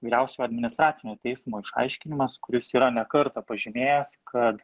vyriausio administracinio teismo išaiškinimas kuris yra ne kartą pažymėjęs kad